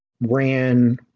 ran